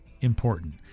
important